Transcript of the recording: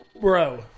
bro